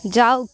যাওক